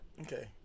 Okay